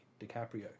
DiCaprio